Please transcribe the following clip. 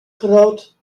groot